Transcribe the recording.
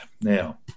now